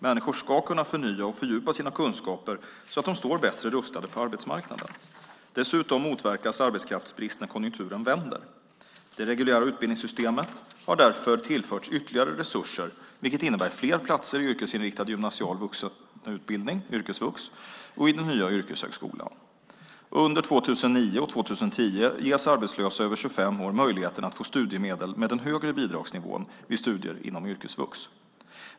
Människor ska kunna förnya och fördjupa sina kunskaper så att de står bättre rustade på arbetsmarknaden. Dessutom motverkas arbetskraftsbrist när konjunkturen vänder. Det reguljära utbildningssystemet har därför tillförts ytterligare resurser, vilket innebär fler platser i yrkesinriktad gymnasial vuxenutbildning, yrkesvux, och i den nya yrkeshögskolan. Under 2009 och 2010 ges arbetslösa över 25 år möjlighet att få studiemedel med den högre bidragsnivån vid studier inom yrkesvux.